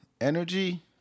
energy